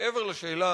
מעבר לשאלה